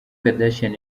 kardashian